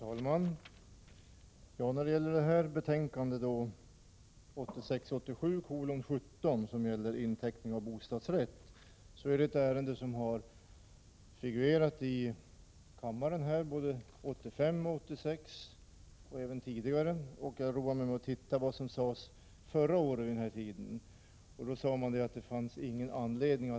Herr talman! Lagutskottets betänkande 1986/87:17 om inteckning i bostadsrätt gäller ett ärende som har förekommit i kammaren 1985, 1986 och även tidigare. Jag har roat mig med att se efter vad som sades förra året vid den här tiden då riksdagen behandlade motsvarande ärende.